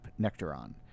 Nectaron